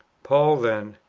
paul then,